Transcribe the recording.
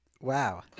Wow